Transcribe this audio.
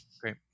Great